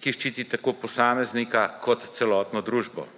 ki ščiti tako posameznika, kot celotno družbo.